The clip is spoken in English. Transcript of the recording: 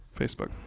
Facebook